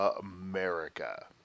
America